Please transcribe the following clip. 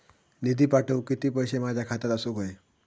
निधी पाठवुक किती पैशे माझ्या खात्यात असुक व्हाये?